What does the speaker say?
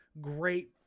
Great